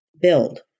build